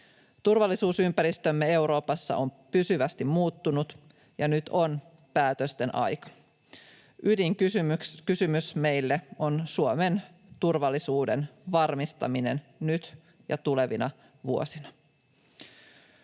Turvallisuusympäristömme Euroopassa on pysyvästi muuttunut, ja nyt on päätösten aika. Ydinkysymys meille on Suomen turvallisuuden varmistaminen nyt ja tulevina vuosina.